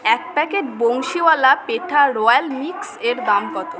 এক packet Bansiwala petha royal mix এর দাম কত